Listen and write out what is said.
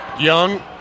Young